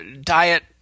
Diet